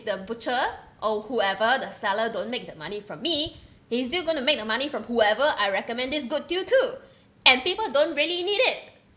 the butcher or whoever the seller don't make the money from me he's still going to make the money from whoever I recommend this good deal to and people don't really need it